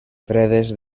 fredes